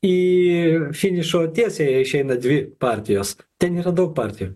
į finišo tiesiąją išeina dvi partijos ten yra daug partijų